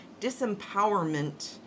disempowerment